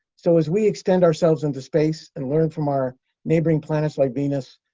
so as we extend ourselves into space and learn from our neighboring planets like venus,